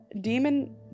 demon